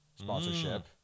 sponsorship